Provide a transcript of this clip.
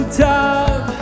top